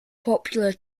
popular